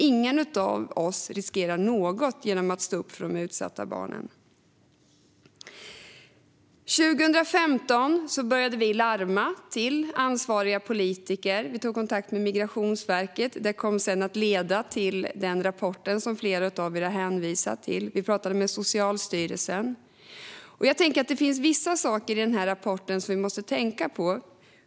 Ingen av oss riskerar något genom att stå upp för de utsatta barnen. År 2015 började vi larma ansvariga politiker. Vi tog kontakt med Migrationsverket. Detta kom sedan att leda till den rapport som flera av er har hänvisat till. Vi pratade med Socialstyrelsen. Det finns vissa saker i den här rapporten som vi måste tänka på.